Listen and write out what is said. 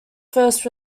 first